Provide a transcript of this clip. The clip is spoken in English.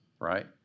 right